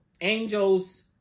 angel's